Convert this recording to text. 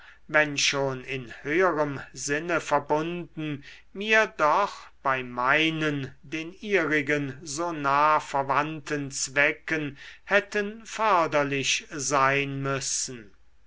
wenn schon in höherem sinne verbunden mir doch bei meinen den ihrigen so nah verwandten zwecken hätten förderlich sein müssen